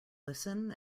listen